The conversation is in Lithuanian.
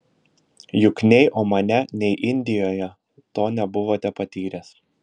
juk nei omane nei indijoje to nebuvote patyręs